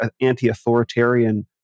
anti-authoritarian